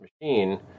machine